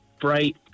bright